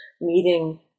Meeting